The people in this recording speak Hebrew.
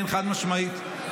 כן, חד-משמעית.